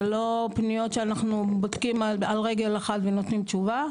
זה לא פניות שאנחנו בודקים על רגל אחת ונותנים תשובה,